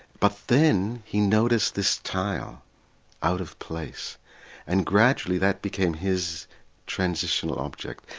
but then he noticed this tile out of place and gradually that became his transitional object,